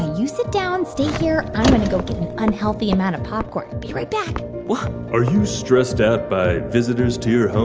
you sit down. stay here. i'm going to go get an unhealthy amount of popcorn. be right back what? are you stressed out by visitors to your home?